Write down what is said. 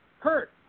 Kurt